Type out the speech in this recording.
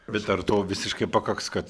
bet ar to visiškai pakaks kad